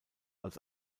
als